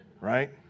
right